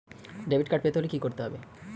Debit card পেতে হলে কি করতে হবে?